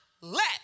let